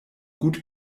gut